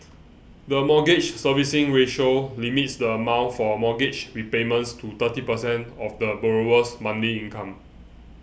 the Mortgage Servicing Ratio limits the amount for mortgage repayments to thirty percent of the borrower's monthly income